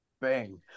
Bang